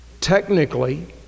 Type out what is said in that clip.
technically